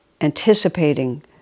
anticipating